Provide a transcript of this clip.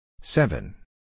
Seven